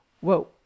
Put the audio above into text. Whoa